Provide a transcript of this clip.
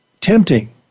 tempting